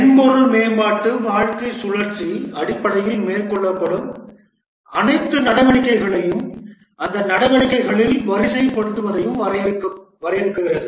மென்பொருள் மேம்பாட்டு வாழ்க்கைச் சுழற்சி அடிப்படையில் மேற்கொள்ளப்படும் அனைத்து நடவடிக்கைகளையும் அந்த நடவடிக்கைகளில் வரிசைப்படுத்துவதையும் வரையறுக்கிறது